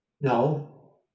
No